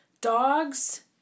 Dogs